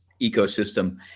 ecosystem